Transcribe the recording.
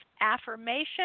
affirmation